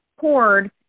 cord